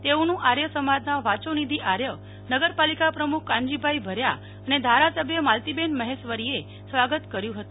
તેઓનું આર્ય સમાજનાં વાચોનિધિ અને નગરપાલિકા પ્રમુખ કાનજીભાઈ ભર્યા ધારા સભ્ય માલતીબેન મફેશ્વરી એ સ્વાગત કર્યું હતું